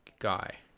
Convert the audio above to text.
guy